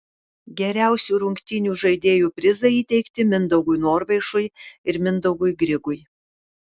geriausių rungtynių žaidėjų prizai įteikti mindaugui norvaišui ir mindaugui grigui